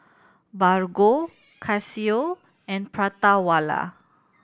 Bargo Casio and Prata Wala